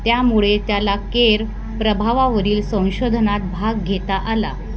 त्यामुळे त्याला केर प्रभावावरील संशोधनात भाग घेता आला